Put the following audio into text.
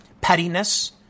pettiness